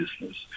business